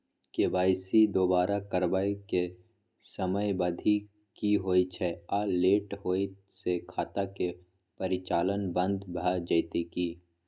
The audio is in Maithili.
के.वाई.सी दोबारा करबै के समयावधि की होय छै आ लेट होय स खाता के परिचालन बन्द भ जेतै की?